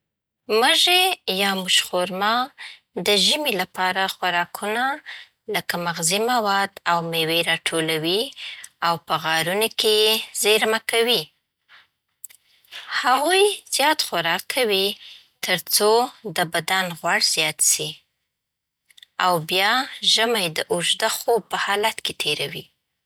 مږی یاموش‌خرما د ژمي لپاره خوراکونه لکه مغزي مواد او مېوې راټولوي او په غارونو کې یې زېرمه کوي. هغوی زیات خوراک کوي ترڅو د بدن غوړ زیات سي، او بیا ژمی د اوږده خوب په حالت کې تېروي.